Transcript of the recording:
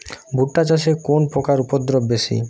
ভুট্টা চাষে কোন পোকার উপদ্রব বেশি?